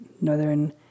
northern